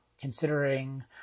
considering